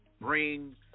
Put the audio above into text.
bring